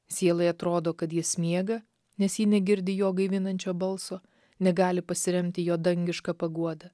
sielai atrodo kad jis miega nes ji negirdi jo gaivinančio balso negali pasiremti jo dangiška paguoda